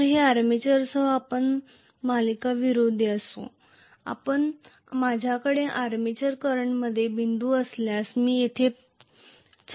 तर ते आर्मेचरसह आपण मालिकाविरोधी असू म्हणून माझ्याकडे आर्मेचर कंडक्टरमध्ये बिंदू असल्यास मी येथे करंट म्हणून क्रॉस केले असते